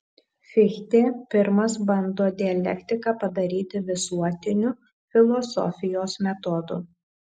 fichtė pirmas bando dialektiką padaryti visuotiniu filosofijos metodu